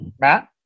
Matt